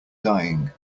dying